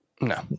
No